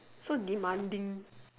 so demanding